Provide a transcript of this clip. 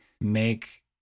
make